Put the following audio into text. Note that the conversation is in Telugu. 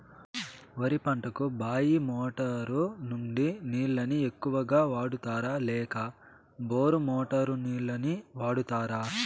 వరి పంటకు బాయి మోటారు నుండి నీళ్ళని ఎక్కువగా వాడుతారా లేక బోరు మోటారు నీళ్ళని వాడుతారా?